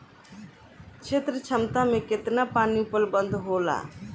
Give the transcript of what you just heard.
क्षेत्र क्षमता में केतना पानी उपलब्ध होला?